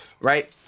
Right